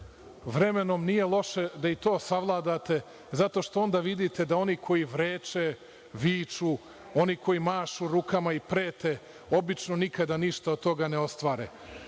vremenom nije loše da i to savladate, zato što onda vidite da oni koji vreče, viču, oni koji mašu rukama i prete, obično nikada ništa od toga ne ostvare.